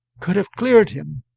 could have cleared him,